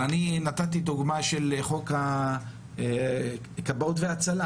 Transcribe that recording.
אני נתתי דוגמה של חוק הכבאות וההצלה